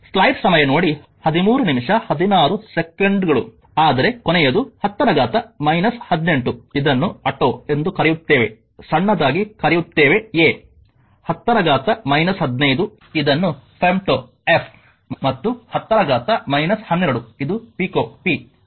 ಆದರೆ ಕೊನೆಯದು 10 ರ ಘಾತ 18 ಇದನ್ನು ಆಟ್ಟೋ ಎಂದು ಕರೆಯುತ್ತೇವೆ ಸಣ್ಣದಾಗಿ ಕರೆಯುತ್ತೇವೆ ಎ 10 ರ ಘಾತ 15 ಇದನ್ನು ಫೆಮ್ಟೋ ಎಫ್ ಮತ್ತು 10 ರ ಘಾತ 12 ಇದು ಪಿಕೊ ಪಿ ಮತ್ತು ಹೀಗೆ